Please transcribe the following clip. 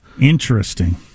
Interesting